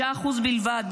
6% בלבד,